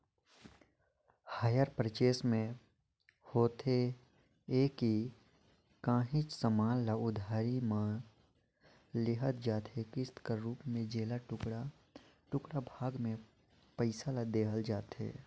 hire purchase में होथे ए कि काहींच समान ल उधारी में लेहल जाथे किस्त कर रूप में जेला टुड़का टुड़का भाग में पइसा ल देहल जाथे